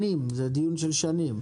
זה דיון של שנים,